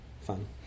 fun